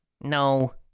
No